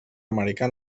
americà